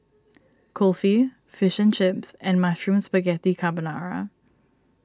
Kulfi Fish Chips and Mushroom Spaghetti Carbonara